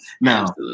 Now